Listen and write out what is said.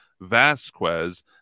Vasquez